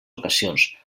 ocasions